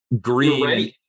green